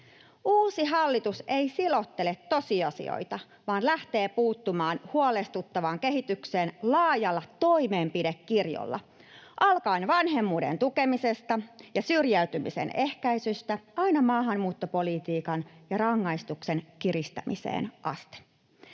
Uusi hallitus ei silottele tosiasioita vaan lähtee puuttumaan huolestuttavaan kehitykseen laajalla toimenpidekirjolla, alkaen vanhemmuuden tukemisesta ja syrjäytymisen ehkäisystä aina maahanmuuttopolitiikan ja rangaistusten kiristämiseen asti.